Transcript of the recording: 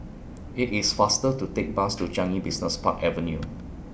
IT IS faster to Take Bus to Changi Business Park Avenue